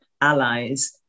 allies